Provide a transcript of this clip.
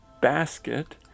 Basket